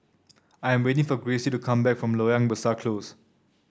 I am waiting for Gracie to come back from Loyang Besar Close